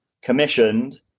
commissioned